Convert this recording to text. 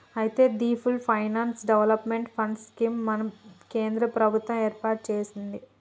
అయితే the full finance development fund scheme ని మన కేంద్ర ప్రభుత్వం ఏర్పాటు సెసింది